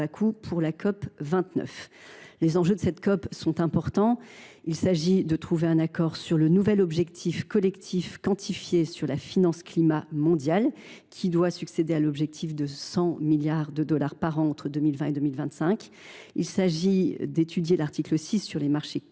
à Bakou pour la COP29. Les enjeux de cette COP sont importants. Il s’agit de trouver un accord sur le nouvel objectif collectif quantifié sur la finance climat mondiale, qui doit succéder à l’objectif de 100 milliards de dollars par an entre 2020 et 2025. Il s’agira aussi d’étudier l’article 6 sur les marchés